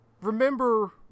remember